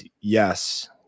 yes